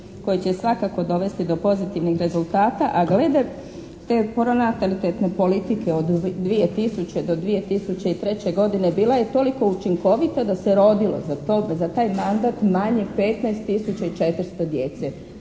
koje će svakako dovesti do pozitivnih rezultata, a glede te pronatalitetne politike od 2000. do 2003. godine bila je toliko učinkovita da se rodilo za taj mandat manje 15 tisuća